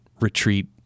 retreat